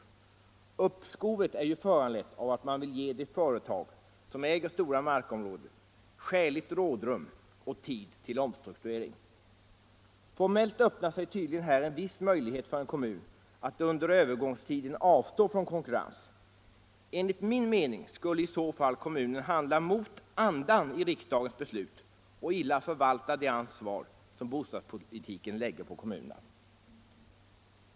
Uppskovet är ju föranlett av att man vill ge de företag som äger stora markområden skäligt rådrum och tid till omstrukturering. Formellt öppnar sig tydligen här en viss möjlighet för en kommun att under övergångstiden avstå från konkurrens. Enligt min mening skulle i så fall kommunen handla mot andan i riksdagens beslut och illa förvalta det ansvar som bostadspolitiken lägger på kommunerna.